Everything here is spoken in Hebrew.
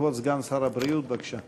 כבוד סגן שר הבריאות, בבקשה.